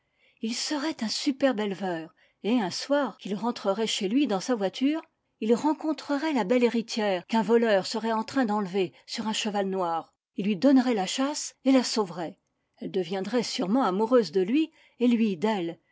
il serait un superbe éleveur et un soir qu'il rentrerait chez lui dans sa voiture il rencontrerait la belle héritière qu'un voleur serait en train d'enlever sur un cheval noir il lui donnerait la chasse et la sauverait elle deviendrait sûrement amoureuse de lui et lui d'elle